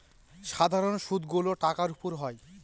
সাধারন সুদ গুলো টাকার উপর হয়